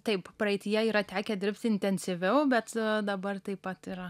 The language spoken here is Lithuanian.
taip praeityje yra tekę dirbti intensyviau bet dabar taip pat yra